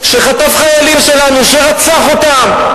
שחטף חיילים שלנו, שרצח אותם.